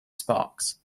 sparks